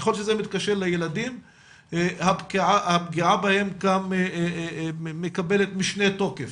ככל שזה מתקשר לילדים הפגיעה בהם גם מקבלת משנה תוקף.